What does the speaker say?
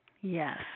Yes